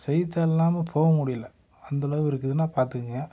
செய்தித்தாள் இல்லாமல் போக முடியலை அந்தளவு இருக்குதுனா பாத்துக்கங்க